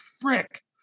frick